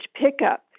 pickup